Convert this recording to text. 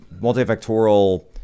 multifactorial